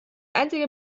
einzige